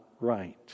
right